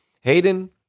Hayden